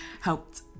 helped